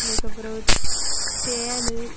அதுக்குப் பிறகு தேன்